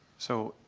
so,